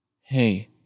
Hey